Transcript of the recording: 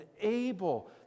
able